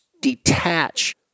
detach